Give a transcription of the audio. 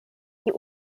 die